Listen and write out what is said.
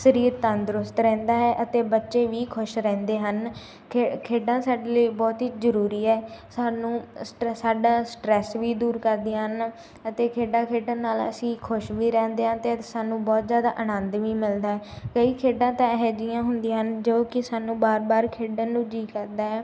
ਸਰੀਰ ਤੰਦਰੁਸਤ ਰਹਿੰਦਾ ਹੈ ਅਤੇ ਬੱਚੇ ਵੀ ਖੁਸ਼ ਰਹਿੰਦੇ ਹਨ ਖੇ ਖੇਡਾਂ ਸਾਡੇ ਲਈ ਬਹੁਤ ਹੀ ਜਰੂਰੀ ਹੈ ਸਾਨੂੰ ਸਟਰੈ ਸਾਡਾ ਸਟਰੈਸ ਵੀ ਦੂਰ ਕਰਦੀਆਂ ਹਨ ਅਤੇ ਖੇਡਾਂ ਖੇਡਣ ਨਾਲ ਅਸੀਂ ਖੁਸ਼ ਵੀ ਰਹਿੰਦੇ ਹਨ ਅਤੇ ਸਾਨੂੰ ਬਹੁਤ ਜ਼ਿਆਦਾ ਆਨੰਦ ਵੀ ਮਿਲਦਾ ਹੈ ਕਈ ਖੇਡਾਂ ਤਾਂ ਐਹ ਜਿਹੀਆਂ ਹੁੰਦੀਆਂ ਹਨ ਜੋ ਕਿ ਸਾਨੂੰ ਵਾਰ ਵਾਰ ਖੇਡਣ ਨੂੰ ਜੀਅ ਕਰਦਾ ਹੈ